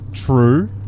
True